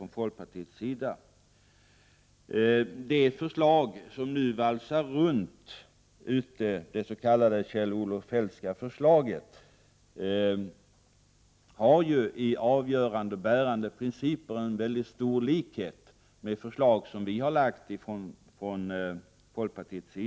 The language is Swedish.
Det förslag som nu valsar runt, det s.k. Kjell-Olof Feldtska förslaget, har avgörande och bärande principer som har mycket stor likhet med förslag från folkpartiet.